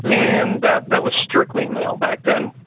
and that that was strictly male back then.